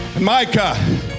Micah